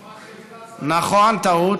נכון, טעות.